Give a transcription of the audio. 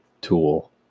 tool